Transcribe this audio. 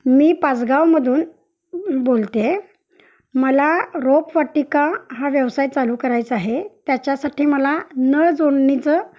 मी पाचगावमधून बोलते आहे मला रोपवाटिका हा व्यवसाय चालू करायचा आहे त्याच्यासाठी मला नळ जोडणीचं